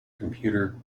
computer